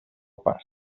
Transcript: pas